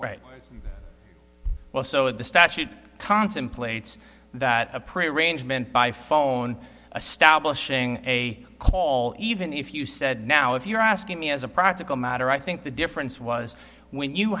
right well so the statute contemplates that a pre arrangement by phone a stablish ing a call even if you said now if you're asking me as a practical matter i think the difference was when you